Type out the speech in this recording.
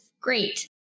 Great